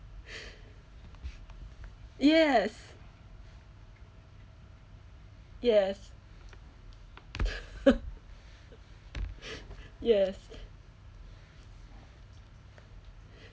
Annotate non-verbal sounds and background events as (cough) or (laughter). yes yes (laughs) yes